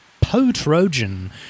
Po-Trojan